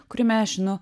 kuriame aš nu